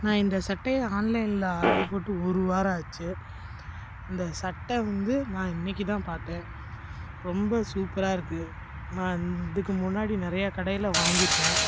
நான் இந்தச் சட்டையை ஆன்லைனில் ஆர்டரு போட்டு ஒரு வாரம் ஆச்சு இந்தச் சட்டை வந்து நான் இன்றைக்கி தான் பார்த்தேன் ரொம்ப சூப்பராக இருக்குது நான் இதுக்கு முன்னாடி நிறையா கடையில் வாங்கியிருக்கேன்